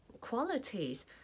qualities